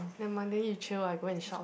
nevermind then you chill I go and shop